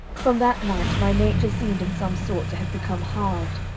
from that night my nature seemed in some sort to have become halved,